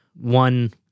one